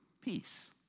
peace